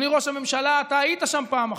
אדוני ראש הממשלה, אתה היית שם פעם אחת.